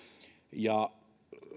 ja